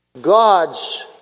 God's